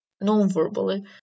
non-verbally